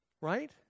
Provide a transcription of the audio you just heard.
right